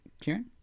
Kieran